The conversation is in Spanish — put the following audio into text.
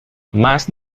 más